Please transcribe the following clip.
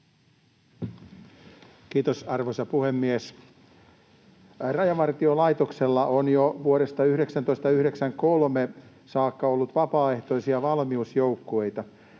Kiitos, arvoisa puhemies! Rajavartiolaitoksella on jo vuodesta 1993 saakka ollut vapaaehtoisia valmiusjoukkueita.